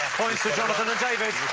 points for jonathan and david.